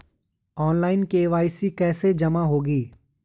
Online KYC कैसे जमा होगी?